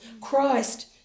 Christ